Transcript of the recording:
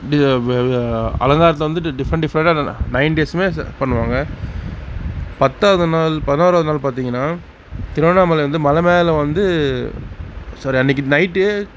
அலங்காரத்தில் வந்துட்டு டிஃப்ரெண்ட் டிஃப்ரெண்ட்டாக நைன் டேஸூமே பண்ணுவாங்க பத்தாவது நாள் பதினோராவது நாள் பார்த்திங்கனா திருவண்ணாமலை வந்து மலை மேல் வந்து சாரி அன்றைக்கி நைட்டே